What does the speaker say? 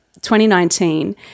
2019